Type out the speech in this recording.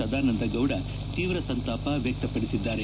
ಸದಾನಂದ ಗೌಡ ತೀವ್ರ ಸಂತಾಪ ವ್ಯಕ್ತಪಡಿಸಿದ್ದಾರೆ